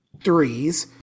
threes